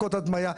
הדמיה,